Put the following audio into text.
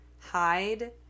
hide